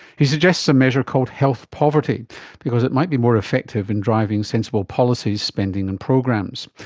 he suggests a measure called health poverty because it might be more effective in driving sensible policies, spending and programs.